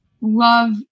love